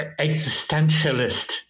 existentialist